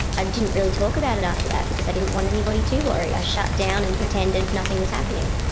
i didn't really talk about it after that, because i didn't want anybody to worry. i shut down and pretended nothing was happening.